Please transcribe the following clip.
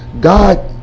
God